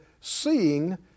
seeing